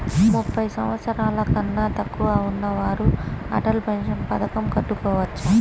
ముప్పై సంవత్సరాలకన్నా తక్కువ ఉన్నవారు అటల్ పెన్షన్ పథకం కట్టుకోవచ్చా?